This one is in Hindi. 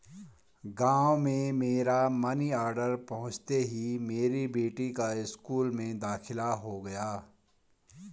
गांव में मेरा मनी ऑर्डर पहुंचते ही मेरी बेटी का स्कूल में दाखिला हो गया